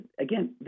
again